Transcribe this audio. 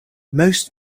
most